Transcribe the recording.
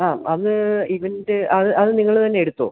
ആ അത് ഇവൻ്റ് അത് അത് നിങ്ങള് തന്നെ എടുത്തുകൊള്ളൂ